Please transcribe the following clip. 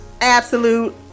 absolute